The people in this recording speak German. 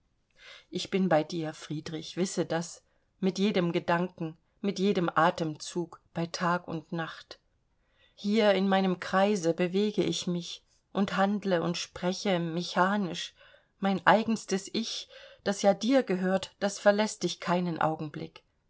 ich bin bei dir friedrich wisse das mit jedem gedanken mit jedem atemzug bei tag und nacht hier in meinem kreise bewege ich mich und handle und spreche mechanisch mein eigenstes ich das ja dir gehört das verläßt dich keinen augenblick